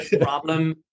problem